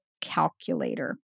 calculator